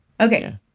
Okay